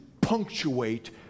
punctuate